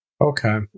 Okay